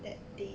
that day